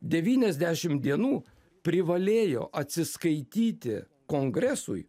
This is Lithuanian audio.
devyniasdešim dienų privalėjo atsiskaityti kongresui